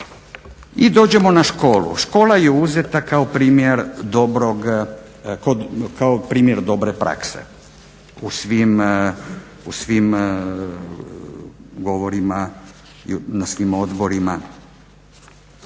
I dođemo na školu. Škola je uzeta kao primjer dobrog kao primjer dobre prakse u svim govorima i na svim odborima.